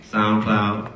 SoundCloud